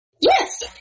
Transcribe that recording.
Yes